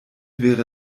wäre